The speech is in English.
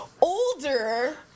older